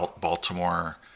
Baltimore